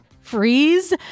freeze